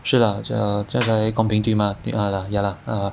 是来 ya lah ya lah